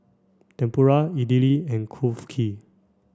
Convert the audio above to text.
Tempura Idili and Kulfi